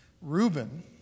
Reuben